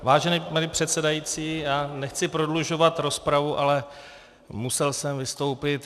Vážený pane předsedající, já nechci prodlužovat rozpravu, ale musel jsem vystoupit.